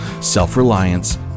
self-reliance